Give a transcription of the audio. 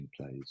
plays